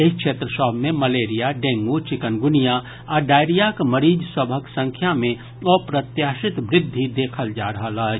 एहि क्षेत्र सभ मे मलेरिया डेंगु चिकनगुनिया आ डायरियाक मरीज सभक संख्या मे अप्रत्याशित वृद्धि देखल जा रहल अछि